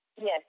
Yes